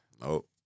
Nope